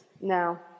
now